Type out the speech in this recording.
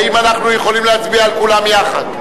האם אנחנו יכולים להצביע על כולן יחד?